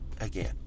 again